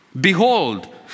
Behold